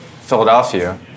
Philadelphia